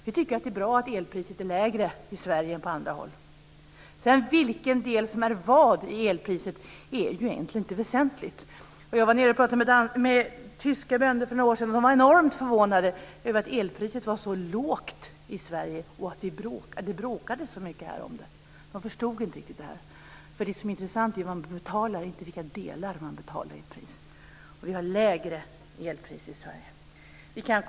Vi tycker att det är bra att elpriset är lägre i Sverige än på andra håll. Vad som utgör olika delar av elpriset är egentligen inte väsentligt. Jag var nere och pratade med tyska bönder för några år sedan. De var enormt förvånade över att elpriset var så lågt i Sverige och att vi bråkade så mycket om det. Det förstod de inte. Det är vad man behöver betala som är intressant, inte vilka delar elpriset utgörs av. Vi har lägre elpriser i Sverige.